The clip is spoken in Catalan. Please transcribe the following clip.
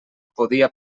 podia